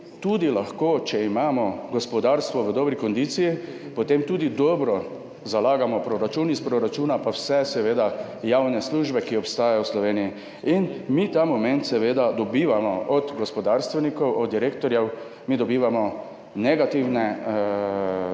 da lahko, če imamo gospodarstvo v dobri kondiciji, potem tudi dobro zalagamo proračun, iz proračuna pa seveda vse javne službe, ki obstajajo v Sloveniji. Mi ta moment seveda dobivamo od gospodarstvenikov, od direktorjev negativne odzive